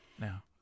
now